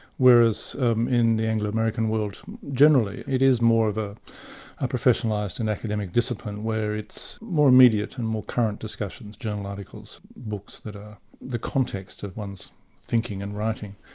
whereas um in the anglo-american world generally, it is more of a ah professionalised and academic discipline where it's more immediate and more current discussions, journal articles, books, that are the context of one's thinking and writing.